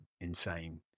insane